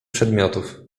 przedmiotów